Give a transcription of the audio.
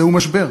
וזהו משבר,